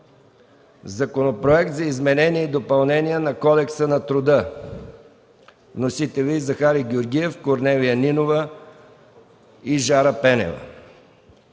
Законопроект за изменение и допълнение на Кодекса на труда. Вносители – Захари Георгиев, Корнелия Нинова и Жара Пенева.